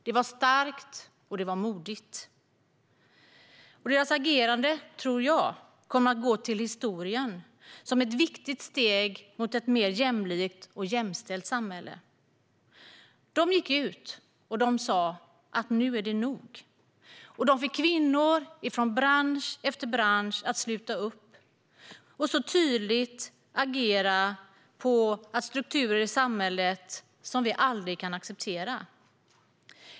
Det var starkt och modigt, och deras agerande tror jag kommer att gå till historien som ett viktigt steg mot ett mer jämlikt och jämställt samhälle. De gick ut och sa att nu är det nog, och de fick kvinnor från bransch efter bransch att sluta upp och tydligt visa på agerande och strukturer i samhället som vi aldrig kan acceptera.